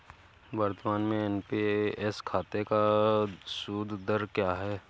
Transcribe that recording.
वर्तमान में एन.पी.एस खाते का सूद दर क्या है?